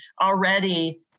already